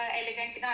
elegant